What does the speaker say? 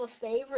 favorite